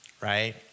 right